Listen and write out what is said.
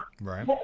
Right